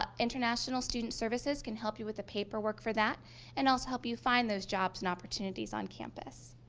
ah international student services can help you with the paperwork for that and also help you find those jobs and opportunities on-campus.